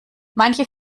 manche